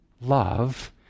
love